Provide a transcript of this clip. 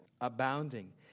abounding